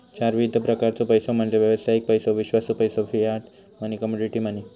चार विविध प्रकारचो पैसो म्हणजे व्यावसायिक पैसो, विश्वासू पैसो, फियाट मनी, कमोडिटी मनी